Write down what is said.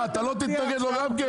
אתה לא תתנגד לו גם כן?